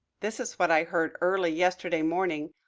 this is what i heard early yesterday morning.